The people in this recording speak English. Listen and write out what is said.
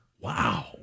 Wow